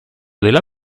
della